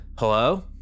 hello